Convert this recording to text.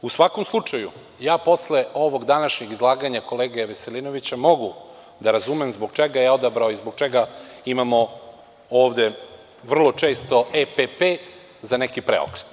U svakom slučaju, ja posle ovog današnjeg izlaganja kolege Veselinovića mogu da razumem zbog čega je odabrao i zbog čega imamo ovde vrlo često EPP za neki preokret.